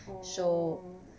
orh